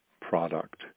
product